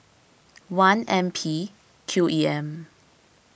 one N P Q E M